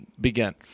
begin